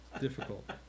difficult